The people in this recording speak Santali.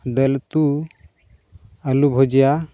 ᱫᱟᱹᱞ ᱩᱛᱩ ᱟᱹᱞᱩ ᱵᱷᱩᱡᱤᱭᱟ